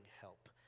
help